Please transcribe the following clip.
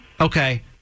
Okay